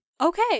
Okay